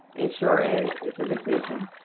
it sure is it's a decision